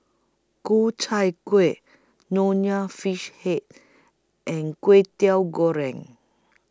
Ku Chai Kueh Nonya Fish Head and Kwetiau Goreng